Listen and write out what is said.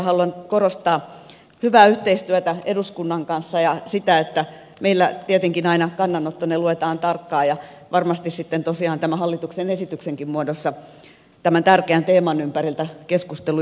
haluan korostaa hyvää yhteistyötä eduskunnan kanssa ja sitä että meillä tietenkin aina kannanottonne luetaan tarkkaan ja varmasti sitten tosiaan tämän hallituksen esityksenkin muodossa tämän tärkeän teeman ympäriltä keskustelu jatkuu